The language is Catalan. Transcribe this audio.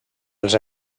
els